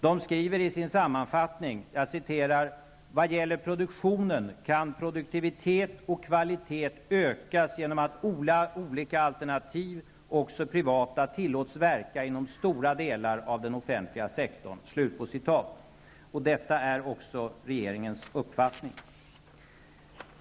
De skriver i sin sammanfattning: Vad gäller produktionen kan produktivitet och kvalitet ökas genom att olika alternativ, också privata, tillåts verka inom stora delar av den offentliga sektorn. Detta är också regeringens uppfattning.